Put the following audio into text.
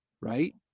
Right